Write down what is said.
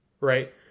right